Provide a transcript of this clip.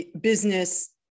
business